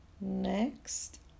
next